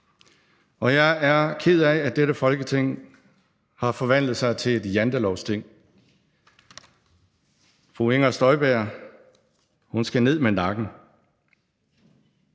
og jeg er ked af, at dette Folketing har forvandlet sig til et Jantelovsting: Fru Inger Støjberg skal ned med nakken.